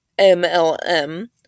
MLM